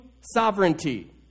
sovereignty